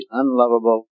unlovable